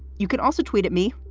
you can also tweet at me.